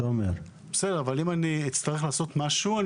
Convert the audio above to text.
אבל אם אני אצטרך לעשות משהו,